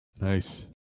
Nice